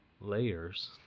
layers